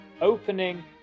opening